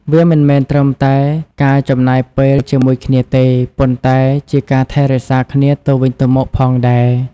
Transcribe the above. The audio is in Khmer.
វាមិនមែនត្រឹមតែការចំណាយពេលជាមួយគ្នាទេ ប៉ុន្តែជាការថែរក្សាគ្នាទៅវិញទៅមកផងដែរ។